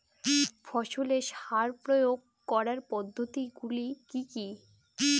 ফসলে সার প্রয়োগ করার পদ্ধতি গুলি কি কী?